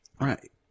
Right